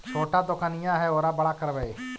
छोटा दोकनिया है ओरा बड़ा करवै?